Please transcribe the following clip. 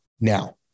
now